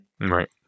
Right